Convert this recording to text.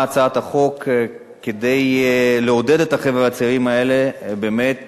הצעת החוק באה לעודד את החבר'ה הצעירים האלה באמת